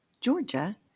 Georgia